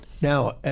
Now